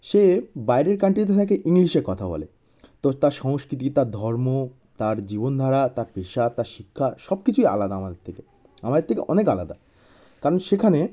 সে বাইরের কান্ট্রিতে থাকে ইংলিশে কথা বলে তো তার সংস্কৃতি তার ধর্ম তার জীবনধারা তার পেশা তার শিক্ষা সব কিছুই আলাদা আমাদের থেকে আমাদের থেকে অনেক আলাদা কারণ সেখানে